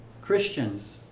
Christians